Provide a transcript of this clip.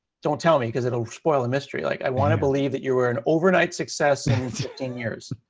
don't tell me, because it'll spoil the mystery. like, i want to believe that you were an overnight success and in fifteen years.